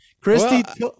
Christy